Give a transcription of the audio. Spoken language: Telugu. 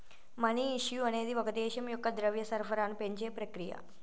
మనీ ఇష్యూ అనేది ఒక దేశం యొక్క ద్రవ్య సరఫరాను పెంచే ప్రక్రియ